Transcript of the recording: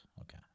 okay